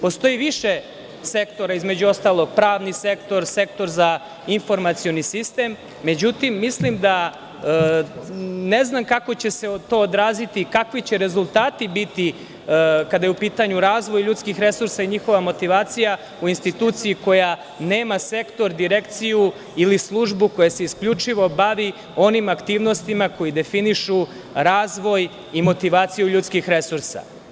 Postoji više sektora, između ostalog pravni sektor, sektor za informacioni sistem, međutim ne znam kako će se to odraziti i kakvi će rezultati biti kada je u pitanju razvoj ljudskih resursa i njihova motivacija u instituciji koja nema sektor, direkciju ili službu koja se isključivo bavi onim aktivnostima koje definišu razvoj i motivaciju ljudskih resursa.